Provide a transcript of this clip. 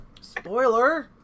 Spoiler